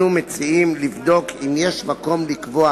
אנחנו מציעים לבדוק אם יש מקום לקבוע